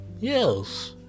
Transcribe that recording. yes